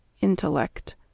Intellect